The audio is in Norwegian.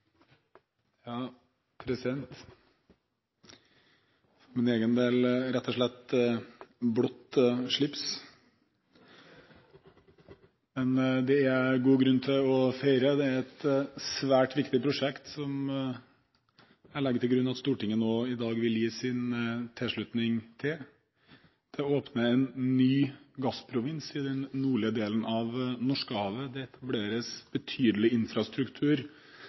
god grunn til å feire. Det er et svært viktig prosjekt som jeg legger til grunn at Stortinget nå i dag vil gi sin tilslutning til. Det åpner en ny gassprovins i den nordlige delen av Norskehavet. Det etableres betydelig infrastruktur